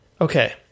okay